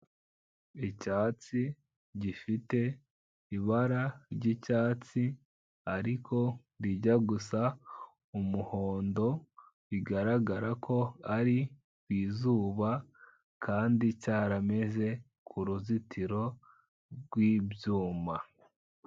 Icyatsi gifite ibara ry'icyatsi ariko rijya gusa umuhondo, bigaragara ko ari izuba kandi cyarameze ku ruzitiro rw'ibyuma.